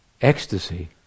ecstasy